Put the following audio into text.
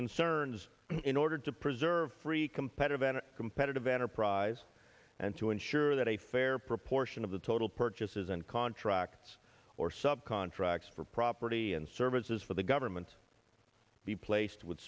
concerns in order to preserve free competitive and competitive enterprise and to ensure that a fair proportion of the total purchases and contract or sub contracts for property and services for the government be placed with